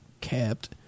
capped